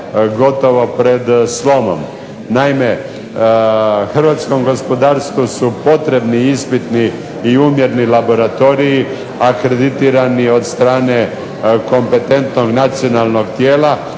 gotovo pred slomom. Naime, hrvatskom gospodarstvu su potrebni ispitni i mjerni laboratoriji akreditirani od strane kompetentnog nacionalnog tijela,